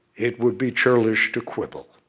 it would be churlish to quibble.